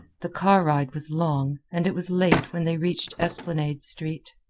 the car ride was long, and it was late when they reached esplanade street.